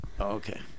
Okay